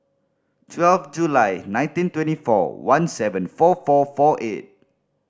twelve July nineteen twenty four one seven four four four eight